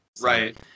Right